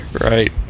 right